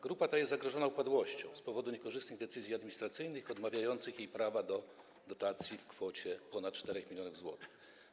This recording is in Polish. Grupa ta jest zagrożona upadłością z powodu niekorzystnych decyzji administracyjnych odmawiających jej prawa do dotacji w kwocie ponad 4 mln zł.